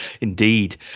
Indeed